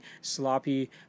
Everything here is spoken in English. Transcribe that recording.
sloppy